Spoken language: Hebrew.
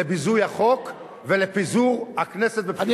לביזוי החוק ולפיזור הכנסת ולבחירות.